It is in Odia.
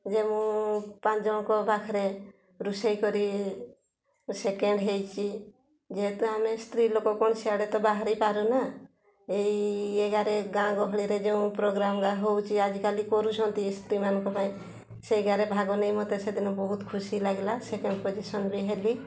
ଯେ ମୁଁ ପାଞ୍ଚ ଜଣଙ୍କ ପାଖରେ ରୋଷେଇ କରି ସେକେଣ୍ଡ୍ ହେଇଛି ଯେହେତୁ ଆମେ ସ୍ତ୍ରୀ ଲୋକ କଣ ସିଆଡ଼େ ତ ବାହାରି ପାରୁନା ଏଇ ଏଗାରେ ଗାଁ ଗହଳିରେ ଯେଉଁ ପ୍ରୋଗ୍ରାମ୍ ହେଉଛି ଆଜିକାଲି କରୁଛନ୍ତି ସ୍ତ୍ରୀମାନଙ୍କ ପାଇଁ ସେଇଗାରେ ଭାଗ ନେଇ ମୋତେ ସେଦିନ ବହୁତ ଖୁସି ଲାଗିଲା ସେକେଣ୍ଡ୍ ପୋଜିସନ୍ ବି ହେଲି